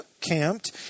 camped